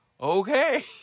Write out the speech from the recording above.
okay